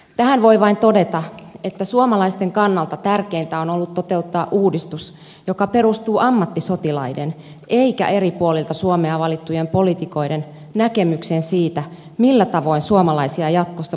tähän voi vain todeta että suomalaisten kannalta tärkeintä on ollut toteuttaa uudistus joka perustuu ammattisotilaiden eikä eri puolilta suomea valittujen poliitikoiden näkemykseen siitä millä tavoin suomalaisia jatkossa puolustetaan